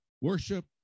worship